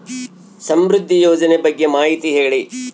ಸಮೃದ್ಧಿ ಯೋಜನೆ ಬಗ್ಗೆ ಮಾಹಿತಿ ಹೇಳಿ?